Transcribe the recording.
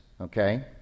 okay